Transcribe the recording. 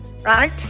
right